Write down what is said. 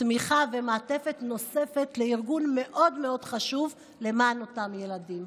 תמיכה ומעטפת נוספת לארגון מאוד מאוד חשוב למען אותם ילדים.